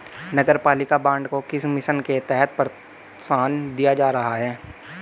नगरपालिका बॉन्ड को किस मिशन के तहत प्रोत्साहन दिया जा रहा है?